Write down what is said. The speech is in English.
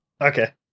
Okay